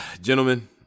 gentlemen